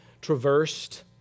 traversed